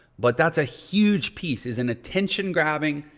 but that's a huge piece is an attention grabbing,